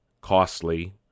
costly